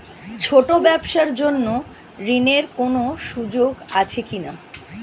ছোট ব্যবসার জন্য ঋণ এর কোন সুযোগ আছে কি না?